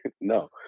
No